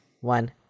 one